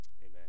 Amen